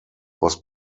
was